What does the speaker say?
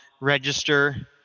register